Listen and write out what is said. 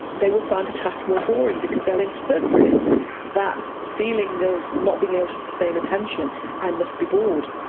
they will find a task more boring, because they'll interpret that feeling of not being able to sustain attention and must be bored.